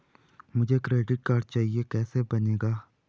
मुझे credit card चाहिए कैसे बनेगा?